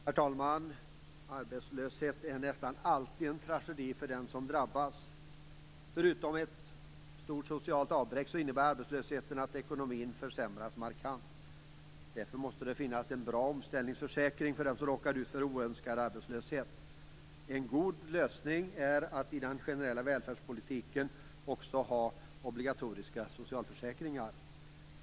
Herr talman! Arbetslöshet är nästan alltid en tragedi för den som drabbas. Förutom ett stort socialt avbräck innebär arbetslösheten att ekonomin försämras markant. Därför måste det finnas en bra omställningsförsäkring för dem som råkar ut för oönskad arbetslöshet. En god lösning är att i den generella välfärdspolitiken också ha obligatoriska socialförsäkringar.